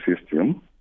system